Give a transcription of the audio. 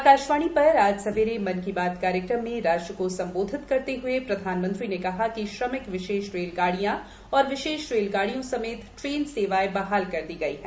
आकाशवाणी पर आज सवेरे मन की बात कार्यक्रम में राष्ट्र को संबोधित करते हए प्रधानमंत्री ने कहा कि श्रमिक विशेष रेलगाडियों और विशेष रेलगाडियों समेत ट्रेन सेवाएं बहाल कर दी गई हैं